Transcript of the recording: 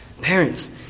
Parents